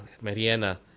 Mariana